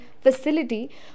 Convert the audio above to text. facility